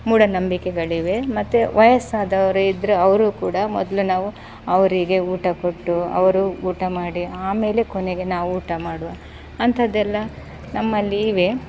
ಮೂಢನಂಬಿಕೆಗಳಿವೆ ಮತ್ತು ವಯಸ್ಸಾದವರಿದ್ದರೆ ಅವರೂ ಕೂಡ ಮೊದಲು ನಾವು ಅವರಿಗೆ ಊಟ ಕೊಟ್ಟು ಅವರು ಊಟ ಮಾಡಿ ಆಮೇಲೆ ಕೊನೆಗೆ ನಾವು ಊಟ ಮಾಡುವ ಅಂಥದ್ದೆಲ್ಲ ನಮ್ಮಲ್ಲಿ ಇವೆ